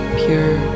pure